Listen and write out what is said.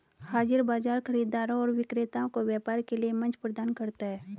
हाज़िर बाजार खरीदारों और विक्रेताओं को व्यापार के लिए मंच प्रदान करता है